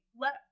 let